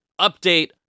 update